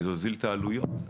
זה יוזיל את העלויות.